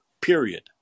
period